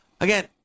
Again